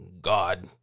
God